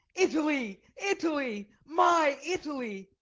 italy, italy, my italy!